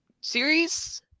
series